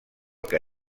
que